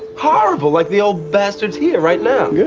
horrible. like the old bastard here right now. yeah